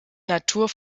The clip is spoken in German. natur